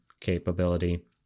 capability